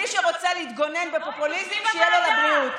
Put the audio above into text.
מי שרוצה להתגונן בפופוליזם, שיהיה לו לבריאות.